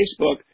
Facebook